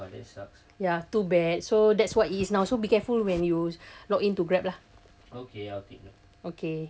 ya too bad so that's what he's now so be careful when use log into grab lah okay okay